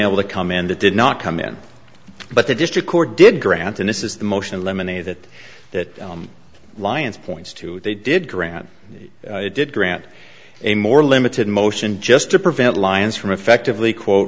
able to come and that did not come in but the district court did granted this is the motion lemonade that that lions points to they did grant did grant a more limited motion just to prevent lions from effectively quote